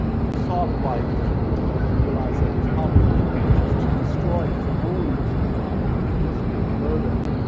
you know, saw the light, if you will, and realized that it was probably in his own interests to destroy his own supply of whiskey and bourbon,